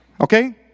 Okay